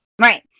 Right